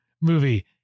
movie